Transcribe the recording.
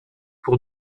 pour